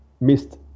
missed